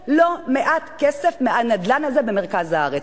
ברגע שהם יעברו לדרום ייכנס לא מעט כסף מהנדל"ן הזה במרכז הארץ.